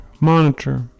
monitor